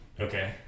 Okay